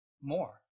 more